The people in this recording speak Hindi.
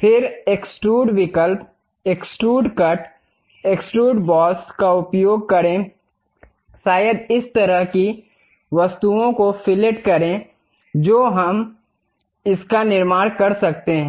फिर एक्सट्रूड विकल्प एक्सट्रूड कट एक्सट्रूड बॉस का उपयोग करें शायद इस तरह की वस्तुओं को फिलेट करें जो हम इसका निर्माण कर सकते हैं